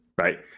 Right